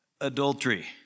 adultery